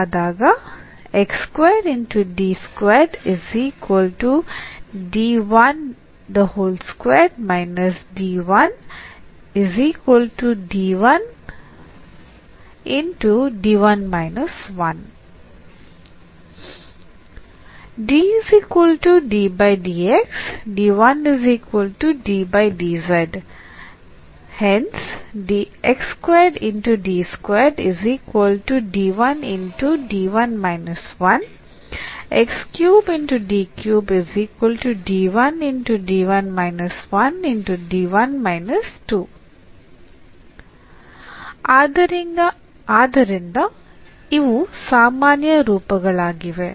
ಆದ್ದರಿಂದ ಇವು ಸಾಮಾನ್ಯ ರೂಪಗಳಾಗಿವೆ